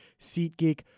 SeatGeek